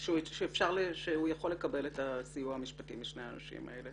שהוא יכול לקבל את הסיוע המשפטי משני האנשים האלה.